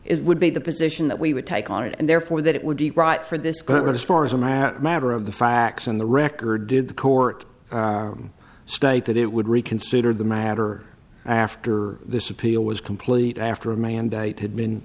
it would be the position that we would take on it and therefore that it would be right for this going to far as a matter of the facts in the record did the court state that it would reconsider the matter after this appeal was complete after a mandate had been